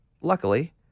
Luckily